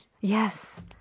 Yes